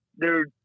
Dude